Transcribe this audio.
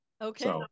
Okay